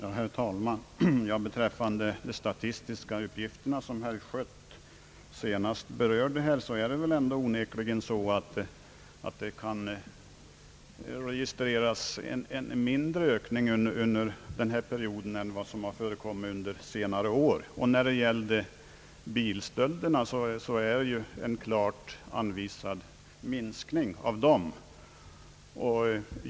Herr talman! Beträffande de statistiska uppgifter som herr Schött senast berörde är det väl onekligen så, att det registreras en mindre ökning i antalet brott under denna period än vad som varit fallet under senare år. När det gäller bilstölderna föreligger en klart redovisad minskning.